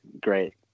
great